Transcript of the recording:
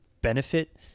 benefit